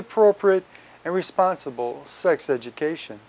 appropriate and responsible sex education